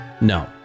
No